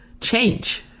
change